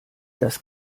das